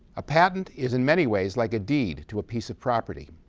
a patent is in many ways like a deed to a piece of property.